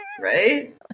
Right